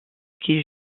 qui